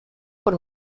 por